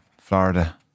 Florida